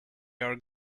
are